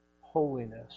holiness